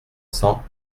cents